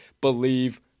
Believe